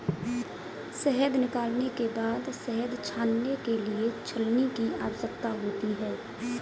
शहद निकालने के बाद शहद छानने के लिए छलनी की आवश्यकता होती है